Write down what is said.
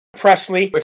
Presley